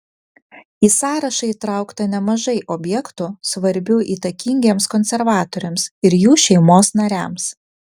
į sąrašą įtraukta nemažai objektų svarbių įtakingiems konservatoriams ir jų šeimos nariams